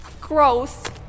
Gross